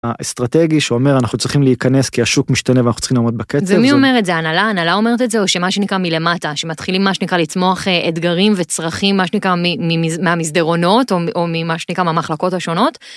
אסטרטגי שאומר: אנחנו צריכים להיכנס כי השוק משתנה ואנחנו צריכים לעמוד בקצב, ומי אומר את זה? ההנהלה? הנהלה אומרת את זה או שמה שנקרא מלמטה. שמתחילים מה שנקרא לצמוח אתגרים וצרכים מה שנקרא מהמסדרונות או ממה שנקרא מהמחלקות השונות.